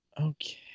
Okay